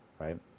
Right